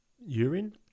Urine